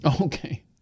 Okay